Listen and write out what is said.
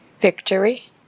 victory